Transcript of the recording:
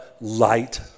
light